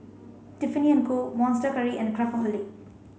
Tiffany and Co Monster Curry and Craftholic